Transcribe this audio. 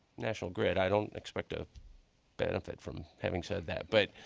national grid, i don't expect a benefit from having said that. but